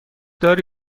داری